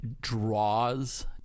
draws